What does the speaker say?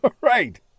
Right